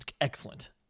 excellent